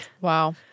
Wow